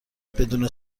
بدون